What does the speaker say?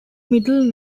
middle